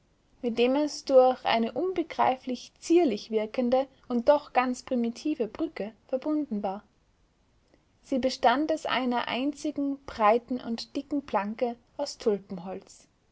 mit dem es durch eine unbegreiflich zierlich wirkende und doch ganz primitive brücke verbunden war sie bestand aus einer einzigen breiten und dicken planke aus